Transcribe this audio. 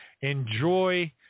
Enjoy